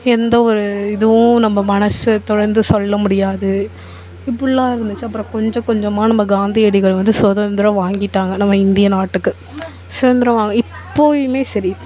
எந்த ஒரு இதுவும் நம்ம மனசை திறந்து சொல்ல முடியாது இப்படில்லாம் இருந்துச்சு அப்புறம் கொஞ்சம் கொஞ்சமாக நம்ம காந்தியடிகள் வந்து சுதந்திரம் வாங்கிவிட்டாங்க நம்ம இந்திய நாட்டுக்கு சுதந்திரம் வாங்க இப்போவுமே சரி